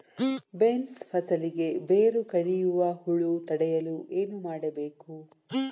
Beans ಫಸಲಿಗೆ ಬೇರು ಕಡಿಯುವ ಹುಳು ತಡೆಯಲು ಏನು ಮಾಡಬೇಕು?